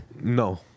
no